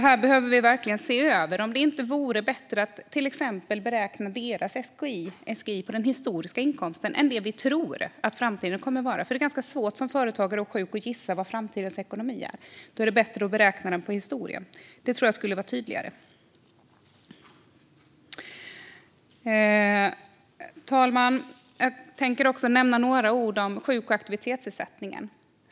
Här behöver vi verkligen se över om det inte vore bättre att till exempel beräkna deras SGI på den historiska inkomsten än den vi tror att framtiden kommer att ge. Det är ganska svårt för en företagare att gissa framtidens ekonomi. Då är det bättre att beräkna den på historien. Det skulle vara tydligare. Fru talman! Jag tänker också nämna några ord om sjuk och aktivitetsersättningen.